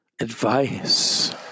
Advice